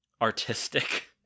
Artistic